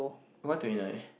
why twenty nine